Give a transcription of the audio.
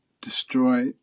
destroy